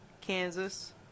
Kansas